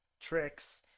tricks